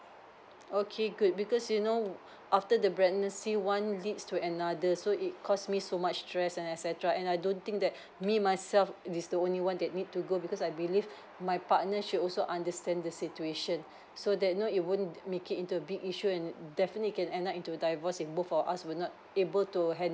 okay good because you know after the pregnancy one leads to another so it cost me so much stress and etcetera and I don't think that me myself is the only one that need to go because I believe my partner she also understand the situation so that no he won't make it into big issue and definitely it can end up into divorce if both for us were not able to handle